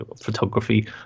photography